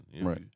right